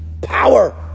power